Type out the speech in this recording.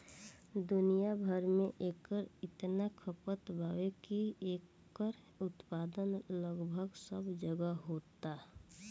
दुनिया भर में एकर इतना खपत बावे की एकर उत्पादन लगभग सब जगहे होता